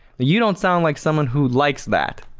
you don't sound like someone who likes that,